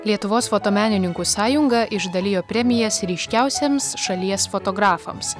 lietuvos fotomenininkų sąjunga išdalijo premijas ryškiausiems šalies fotografams